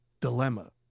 dilemma